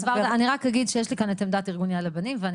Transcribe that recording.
אני רק אגיד שיש לי כאן את עמדת ארגון 'יד לבנים' ואני